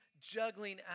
juggling